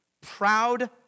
Proud